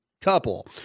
couple